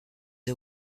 the